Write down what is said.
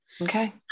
Okay